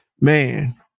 Man